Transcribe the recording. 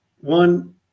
one